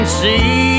see